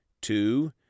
Two